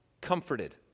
comforted